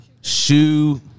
Shoe